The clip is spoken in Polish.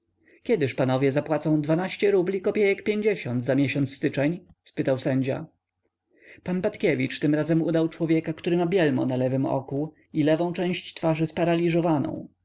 kiedyż panowie zapłacą dwanaście rubli kopiejek pięćdziesiąt za miesiąc styczeń spytał sędzia pan patkiewicz tym razem udał człowieka który ma bielmo na lewem oku i lewą część twarzy sparaliżowaną